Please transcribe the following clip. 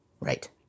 Right